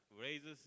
raises